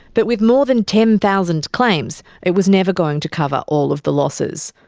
but with more than ten thousand claims, it was never going to cover all of the losses.